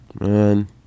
Man